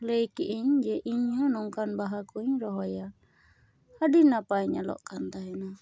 ᱞᱟᱹᱭ ᱠᱮᱫᱟᱹᱧ ᱡᱮ ᱤᱧᱦᱚᱸ ᱱᱚᱝᱠᱟᱱ ᱵᱟᱦᱟᱠᱚᱧ ᱨᱚᱦᱚᱭᱟ ᱟᱹᱰᱤ ᱱᱟᱯᱟᱭ ᱧᱮᱞᱚᱜ ᱠᱟᱱ ᱛᱟᱦᱮᱱᱟ